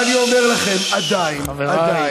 והרי